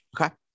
Okay